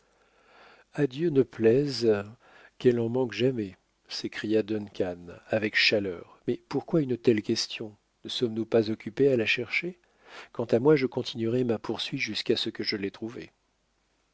dieu ne plaise qu'elle en manque jamais s'écria duncan avec chaleur mais pourquoi une telle question ne sommes-nous pas occupés à la chercher quant à moi je continuerai ma poursuite jusqu'à ce que je l'aie trouvée